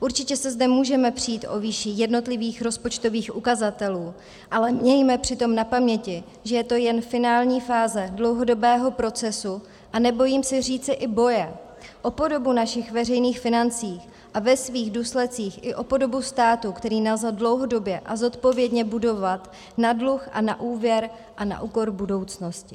Určitě se zde můžeme přít o výši jednotlivých rozpočtových ukazatelů, ale mějme přitom na paměti, že je to jen finální fáze dlouhodobého procesu, a nebojím se říci i boje o podobu našich veřejných financí a ve svých důsledcích i o podobu státu, který nelze dlouhodobě a zodpovědně budovat na dluh a na úvěr a na úkor budoucnosti.